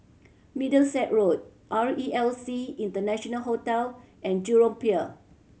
Middlesex Road R E L C International Hotel and Jurong Pier